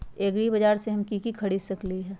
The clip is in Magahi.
एग्रीबाजार से हम की की खरीद सकलियै ह?